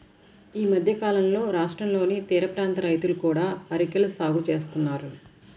ఈ మధ్యకాలంలో రాష్ట్రంలోని తీరప్రాంత రైతులు కూడా అరెకల సాగు చేస్తున్నారు